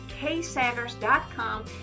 ksanders.com